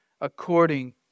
according